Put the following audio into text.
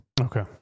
Okay